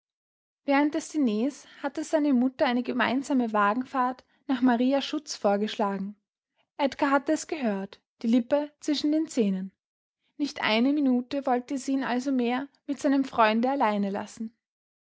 während des diners hatte seine mutter eine gemeinsame wagenfahrt nach maria schutz vorgeschlagen edgar hatte es gehört die lippe zwischen den zähnen nicht eine minute wollte sie ihn also mehr mit seinem freunde allein lassen